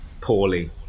Poorly